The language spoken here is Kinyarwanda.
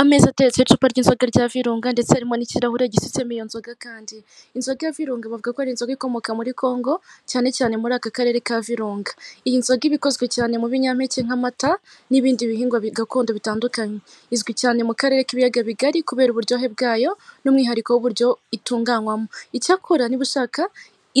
ameza ateretseho icupa ry'inzoga rya virunga ndetse hari n'ikirarahure gisutsemu iyo inzoga kandi inzoga virunga bavugako inzoga ikomoka muri congo cyane cyane muri aka karere ka virunga iyi nzoga iba ikozwe cyane mu binyampeke nk'amata n'ibindi bihingwa bigakondo bitandukanye izwi cyane mu karere kibiyaga bigari kubera uburyohe bwayo n'umwihariko w'uburyo itunganywamo icyakora niba ushaka